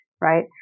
right